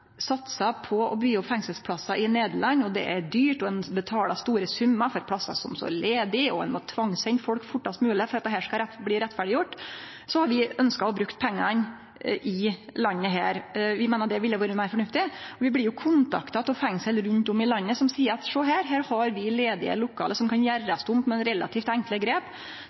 satsa på å byggje opp fengselsplassar i Nederland – som er dyrt, ein betaler store summar for plassar som står ledige, og ein må tvangssende folk fortast mogleg for at dette skal bli rettferdiggjort – har vi ønskt å bruke pengane her i landet. Vi meiner det ville vore meir fornuftig. Vi blir kontakta av fengsel rundt om i landet som seier: Sjå her, her har vi ledige lokale som kan gjerast om, med relativt enkle grep,